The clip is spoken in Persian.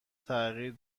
تغییر